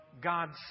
God's